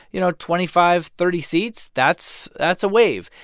you know, twenty five, thirty seats, that's that's a wave.